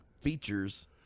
Features